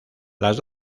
las